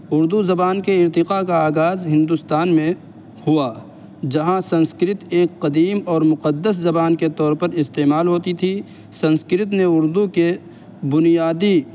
اردو زبان کے ارتقا کا آغاز ہندوستان میں ہوا جہاں سنسکرت ایک قدیم اور مقدس زبان کے طور پر استعمال ہوتی تھی سنسکرت نے اردو کے بنیادی